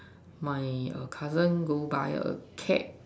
my cousin go buy a cat